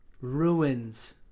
ruins